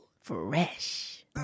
fresh